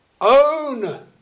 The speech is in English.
own